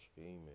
Amen